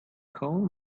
coal